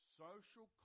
social